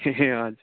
हजुर